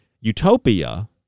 utopia